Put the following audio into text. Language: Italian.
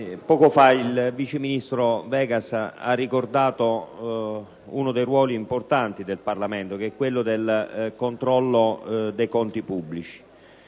poco fa il vice ministro Vegas ha ricordato uno dei ruoli importanti del Parlamento che è quello del controllo dei conti pubblici.